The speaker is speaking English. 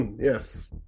yes